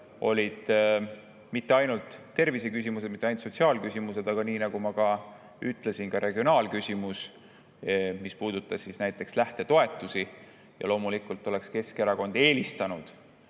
mitte ainult terviseküsimusi, mitte ainult sotsiaalküsimusi, aga nii nagu ma ütlesin, ka regionaalküsimust, mis puudutab näiteks lähtetoetusi. Loomulikult oleks Keskerakond eelistanud,